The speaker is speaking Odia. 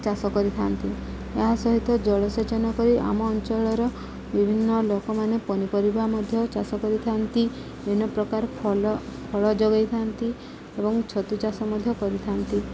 ଚାଷ କରିଥାନ୍ତି ଏହା ସହିତ ଜଳସେଚନ କରି ଆମ ଅଞ୍ଚଳର ବିଭିନ୍ନ ଲୋକମାନେ ପନିପରିବା ମଧ୍ୟ ଚାଷ କରିଥାନ୍ତି ବିଭିନ୍ନ ପ୍ରକାର ଫଲ ଫଳ ଯୋଗେଇଥାନ୍ତି ଏବଂ ଛତୁ ଚାଷ ମଧ୍ୟ କରିଥାନ୍ତି